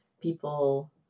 people